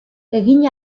egin